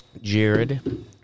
Jared